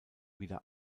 wieder